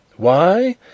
Why